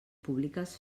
públiques